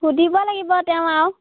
সুধিব লাগিব তেও আৰু